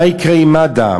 מה יקרה עם מד"א?